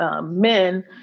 men